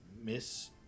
Miss